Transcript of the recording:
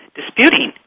disputing